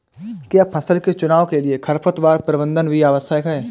क्या फसल के चुनाव के लिए खरपतवार प्रबंधन भी आवश्यक है?